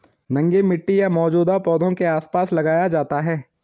नंगे मिट्टी या मौजूदा पौधों के आसपास लगाया जाता है